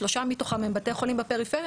שלושה מתוכם הם בתי חולים בפריפריה,